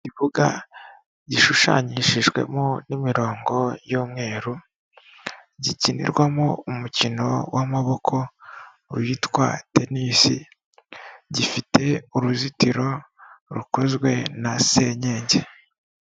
Ikibuga gishushanyishijwemo n'imirongo y'umweru, gikinirwamo umukino w'amaboko witwa tenisi gifite uruzitiro rukozwe na senyengi.